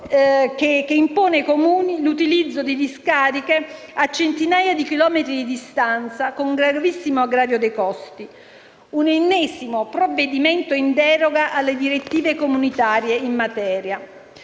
che impone ai Comuni l'utilizzo di discariche a centinaia di chilometri di distanza, con un gravissimo aggravio dei costi. Si tratta, dunque, di un ennesimo provvedimento in deroga alle direttive comunitarie in materia.